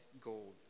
gold